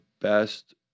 best